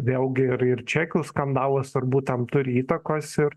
vėlgi ir ir čekių skandalas turbūt tam turi įtakos ir